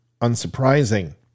unsurprising